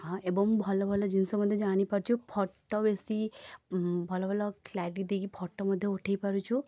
ହଁ ଏବଂ ଭଲଭଲ ଜିନଷ ମଧ୍ୟ ଜାଣିପାରୁଛୁ ଫଟୋ ବେଶି ଭଲଭଲ କ୍ଲାରିଟି ଦେଇକି ଫଟୋ ମଧ୍ୟ ଉଠେଇ ପାରୁଛୁ